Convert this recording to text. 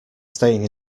staying